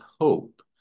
hope